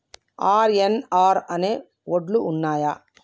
RNR అనే వడ్లు ఉన్నయా?